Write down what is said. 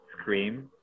Scream